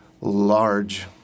large